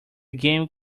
game